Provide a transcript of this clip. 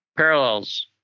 parallels